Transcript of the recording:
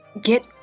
get